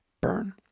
burn